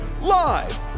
Live